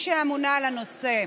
שממונה על הנושא,